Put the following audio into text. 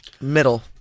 Middle